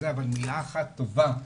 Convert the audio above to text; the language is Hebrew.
אבל מילה אחת טובה,